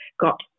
got